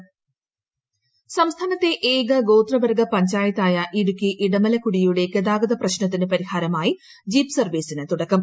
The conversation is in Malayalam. ഇടമലക്കുടി ഇൻട്രോ സംസ്ഥാനത്തെ ഏക ഗോത്രവർഗ്ഗ പഞ്ചായത്തായ ഇടുക്കി ഇടമലക്കുടിയുടെ ഗതാഗത പ്രശ്നത്തിന് പരിഹാരമായി ജീപ്പ് സർവ്വീസിന് തുടക്കം